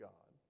God